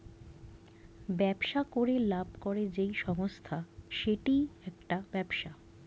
ব্যবসা করে লাভ করে যেই সংস্থা সেইটা একটি ব্যবসা